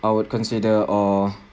I would consider or